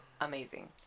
amazing